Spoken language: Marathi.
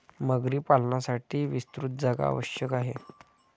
मगरी पालनासाठी विस्तृत जागा आवश्यक आहे